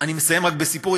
אני מסיים רק בסיפור.